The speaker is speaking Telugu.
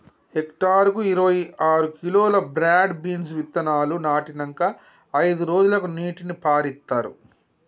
హెక్టర్ కు ఇరవై ఆరు కిలోలు బ్రాడ్ బీన్స్ విత్తనాలు నాటినంకా అయిదు రోజులకు నీటిని పారిత్తార్